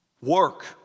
Work